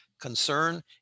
concern